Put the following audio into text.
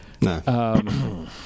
No